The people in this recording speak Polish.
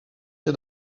się